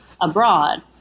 abroad